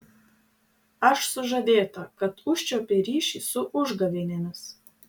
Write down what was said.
aš sužavėta kad užčiuopei ryšį su užgavėnėmis